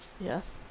Yes